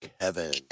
Kevin